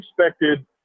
expected